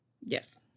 Yes